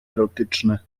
erotyczne